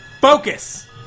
Focus